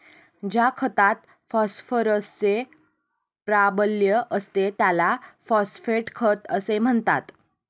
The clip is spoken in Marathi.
ज्या खतात फॉस्फरसचे प्राबल्य असते त्याला फॉस्फेट खत असे म्हणतात